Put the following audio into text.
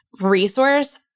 resource